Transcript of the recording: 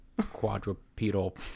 quadrupedal